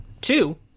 Two